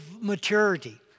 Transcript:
maturity